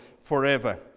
forever